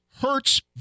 hurts